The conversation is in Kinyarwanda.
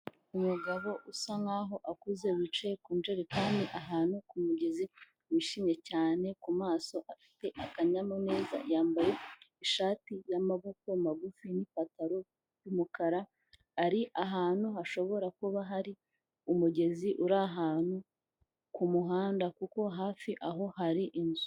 Umugabo usa nk'aho akuze wicaye ku njerekani ahantu ku mugezi, wishimye cyane ku maso afite akanyamuneza, yambaye ishati y'amaboko magufi n'ipantaro y'umukara, ari ahantu hashobora kuba hari umugezi uri ahantu ku muhanda kuko hafi aho hari inzu.